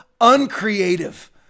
uncreative